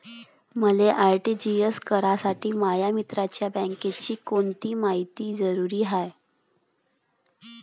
मले आर.टी.जी.एस करासाठी माया मित्राच्या बँकेची कोनची मायती जरुरी हाय?